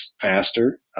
faster